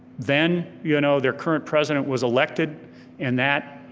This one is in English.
then you know their current president was elected and that,